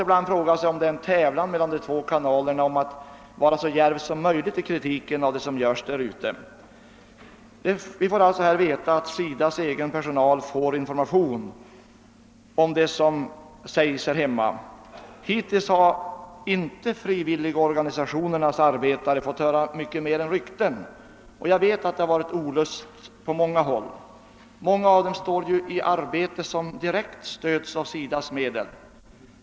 Ibland frågar man sig om det pågår en tävlan mellan de två kanalerna om att vara djärvast i kritiken av det som göres där ute. Vi får nu veta att SIDA:s egen personal erhåller informationer om vad som säges här hemma. Hittills har frivilligorganisationernas arbetare inte fått höra mycket mer än rykten, och jag vet att det på många håll har rått olust för detta. Många av u-landsarbetarna står ju i ett arbete som direkt stödes av SIDA:s medel.